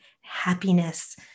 happiness